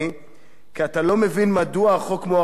כי אתה לא מבין מדוע החוק מוארך רק בחצי שנה,